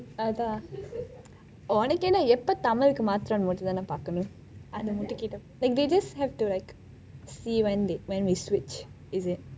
அதான் உனக்கு என்ன எப்பே தமிழுக்கு மாற்றுறான் தான் பார்க்கனும் அது மட்டும் கேட்டா:athaan unakku enna eppei tamizhuku maatruraan thaan paarkanum athu mattum ketta they just have to like see when they when we switch is it